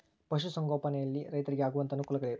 ಪಶುಸಂಗೋಪನೆಯಲ್ಲಿ ರೈತರಿಗೆ ಆಗುವಂತಹ ಅನುಕೂಲಗಳು?